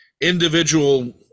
individual